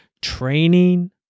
training